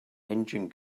engine